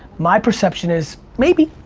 my perception is maybe.